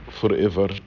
forever